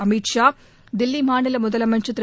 அமித் ஷா தில்லி மாநில முதலமைச்ச்ர் திரு